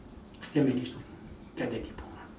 still manage to get the diploma